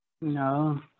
no